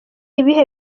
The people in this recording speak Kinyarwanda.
ibihe